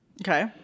Okay